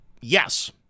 yes